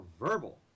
verbal